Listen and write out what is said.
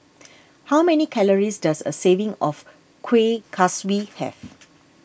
how many calories does a serving of Kuih Kaswi have